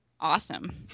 awesome